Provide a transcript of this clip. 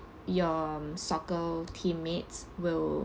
your soccer team mates will